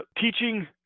teaching